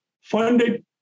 funded